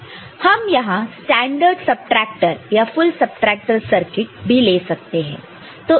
हम यहां standard subtractor या फुल सबट्रेक्टर सर्किट भी ले सकते हैं